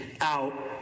out